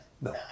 No